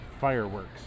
fireworks